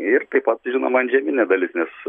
ir taip pat žinoma antžeminė dalis nes